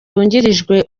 wungirije